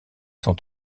sont